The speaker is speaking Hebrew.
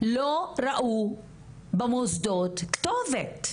לא ראו במוסדות כתובת,